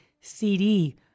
CD